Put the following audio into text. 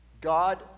God